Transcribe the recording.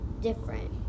different